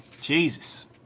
Jesus